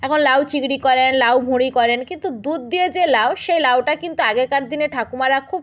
এখন লাউ চিংড়ি করেন লাউ ভুড়ি করেন কিন্তু দুধ দিয়ে যে লাউ সে লাউটা কিন্তু আগেকার দিনে ঠাকুমারা খুব